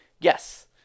yes